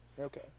Okay